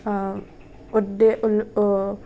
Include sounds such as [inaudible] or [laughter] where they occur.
[unintelligible]